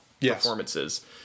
performances